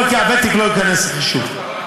הוותק לא ייכנס לחישוב,